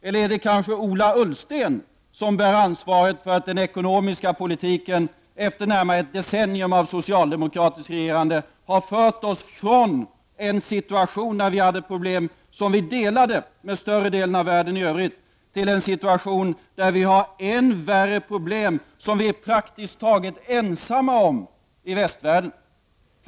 Eller är det kanske Ola Ullsten som bär ansvaret för att den ekonomiska politiken efter närmare ett decennium av socialdemokratiskt regerande har fört oss från en situation, där vi hade problem som vi delade med större delen av världen i övrigt, till en situation där vi har än värre problem, vilka vi är praktiskt taget ensamma om i västvärlden?